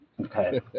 Okay